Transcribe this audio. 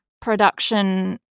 production